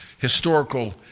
historical